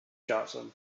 johnson